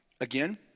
Again